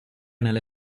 nelle